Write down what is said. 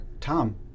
Tom